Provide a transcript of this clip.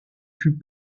fut